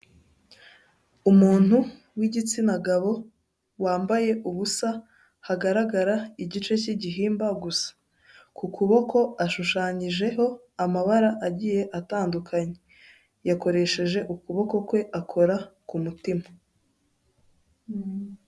Umuntu w'igitsina gabo wambaye ubusa hagaragara igice cy'igihimba gusa, ku kuboko ashushanyijeho amabara agiye atandukanye yakoresheje ukuboko kwe akora ku mutima.